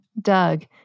Doug